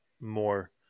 more